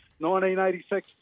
1986